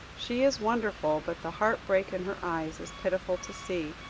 she is wonderful, but the heart-break in her eyes is pitiful to see.